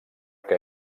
que